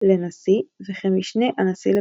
לנשיא וכמשנה הנשיא לפיתוח.